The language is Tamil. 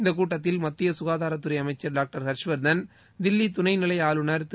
இந்தக் கூட்டத்தில் மத்திய ககாதாரத் துறை அமைச்சர் டாங்டர் ஹர்ஷ் வர்தன் தில்லி துணை நிலை ஆளுநர் திரு